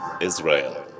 Israel